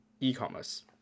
e-commerce